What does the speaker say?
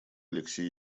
алексей